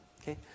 Okay